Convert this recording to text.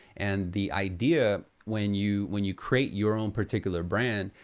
and the idea, when you when you create your own particular brand,